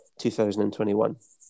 2021